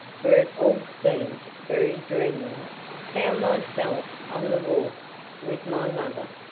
for it all seemed very dream-like found myself on the wharf with my mother,